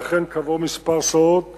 ואכן כעבור שעות מספר,